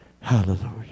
Hallelujah